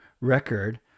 record